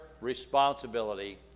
responsibility